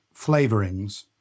flavorings